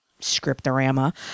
scriptorama